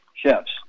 chefs